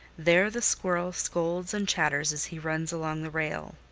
there the squirrel scolds and chatters as he runs along the rail,